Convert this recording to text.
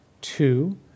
Two